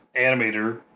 animator